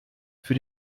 für